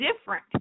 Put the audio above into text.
different